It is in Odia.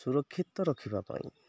ସୁରକ୍ଷିତ ରଖିବା ପାଇଁ